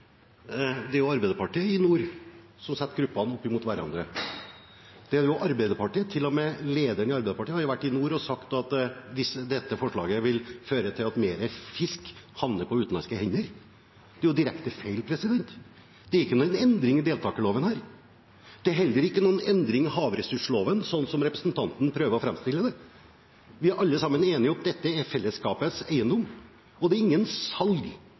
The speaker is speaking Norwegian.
Det er jo Arbeiderpartiet som i nord setter gruppene opp mot hverandre. Det er jo Arbeiderpartiet – til og med lederen i Arbeiderpartiet – som har vært i nord og sagt at dette forslaget vil føre til at mer fisk havner på utenlandske hender. Det er jo direkte feil. Det er ikke noen endring i deltakerloven her, det er heller ikke noen endring i havressursloven, slik representanten prøver å framstille det som. Vi er alle sammen enige om at dette er fellesskapets eiendom, og det er ikke noe salg